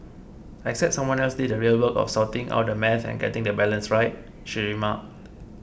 except someone else did the real work of sorting out the maths and getting the balance right she remarked